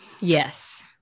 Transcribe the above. Yes